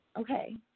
okay